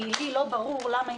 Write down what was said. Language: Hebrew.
כי לי לא ברור למה,